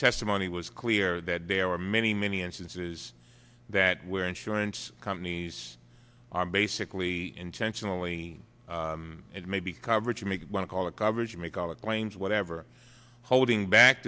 testimony was clear that there were many many instances that were insurance companies are basically intentionally and maybe coverage make one call the coverage make all the claims whatever holding back